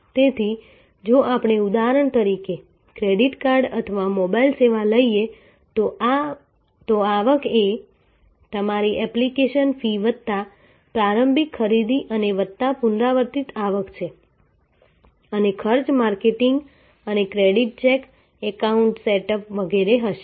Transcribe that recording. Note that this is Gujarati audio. તેથી જો આપણે ઉદાહરણ તરીકે ક્રેડિટ કાર્ડ અથવા મોબાઇલ સેવા લઈએ તો આવક એ તમારી એપ્લિકેશન ફી વત્તા પ્રારંભિક ખરીદી અને વત્તા પુનરાવર્તિત આવક છે અને ખર્ચ માર્કેટિંગ અને ક્રેડિટ ચેક એકાઉન્ટ સેટઅપ વગેરે હશે